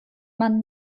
man